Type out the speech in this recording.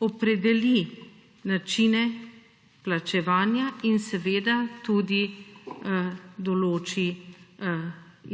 opredeli načine plačevanja in seveda tudi določi